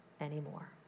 anymore